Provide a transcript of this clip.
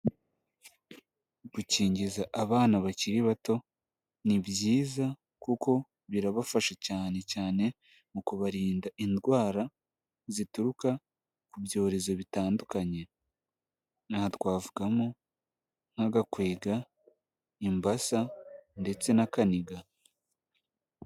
Gukingiza abana bakiri bato ni byiza kuko birabafasha, cyane cyane mu kubarinda indwara zituruka ku byorezo bitandukanye, aha twavugamo nk'agakwega, imbasa ndetse n'akaniga.